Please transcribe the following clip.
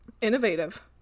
Innovative